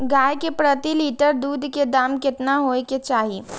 गाय के प्रति लीटर दूध के दाम केतना होय के चाही?